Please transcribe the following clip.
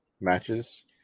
matches